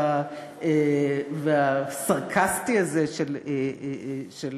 והסרקסטי הזה, של